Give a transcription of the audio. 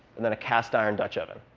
and then a cast-iron dutch oven.